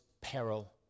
peril